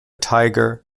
tiger